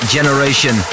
Generation